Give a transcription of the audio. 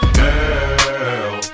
Girl